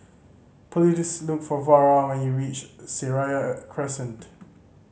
please look for Vara when you reach Seraya Crescent